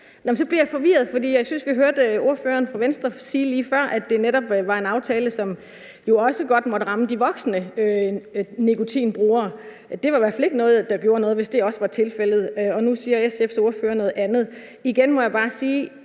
jeg forvirret, for jeg synes, vi hørte ordføreren for Venstre sige lige før, at det netop var en aftale, som også godt måtte ramme de voksne nikotinbrugere. Det var i hvert fald ikke noget, der gjorde noget, hvis det også var tilfældet. Nu siger SF's ordfører noget andet. Igen må jeg bare sige,